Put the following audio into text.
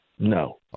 No